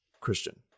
Christian